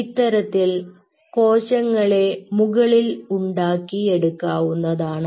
ഇത്തരത്തിൽ കോശങ്ങളെ മുകളിൽ ഉണ്ടാക്കിയെടുക്കാവുന്നതാണ്